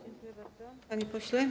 Dziękuję bardzo, panie pośle.